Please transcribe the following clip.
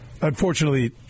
Unfortunately